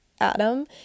Adam